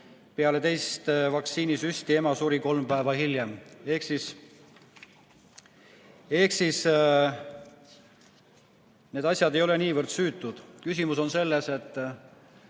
peale teist vaktsiinisüsti ema suri, kolm päeva hiljem. Need asjad ei ole niivõrd süütud. Küsimus on selles, et